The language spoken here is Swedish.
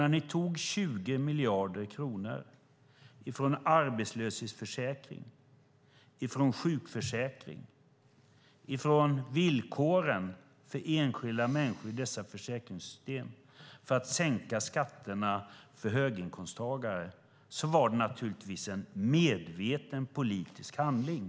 När ni tog 20 miljarder kronor från arbetslöshetsförsäkring, från sjukförsäkring och från villkoren för enskilda människor i dessa försäkringssystem för att sänka skatterna för höginkomsttagare var det naturligtvis en medveten politisk handling.